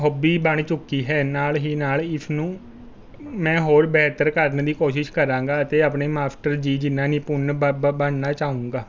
hobby ਬਣ ਚੁੱਕੀ ਹੈ ਨਾਲ ਹੀ ਨਾਲ ਇਸ ਨੂੰ ਮੈਂ ਹੋਰ ਬਿਹਤਰ ਕਰਨ ਦੀ ਕੋਸ਼ਿਸ਼ ਕਰਾਂਗਾ ਅਤੇ ਆਪਣੇ ਮਾਸਟਰ ਜੀ ਜਿੰਨਾ ਨਿਪੁੰਨ ਬਣ ਬ ਬਣਨਾ ਚਾਹੁੰਗਾ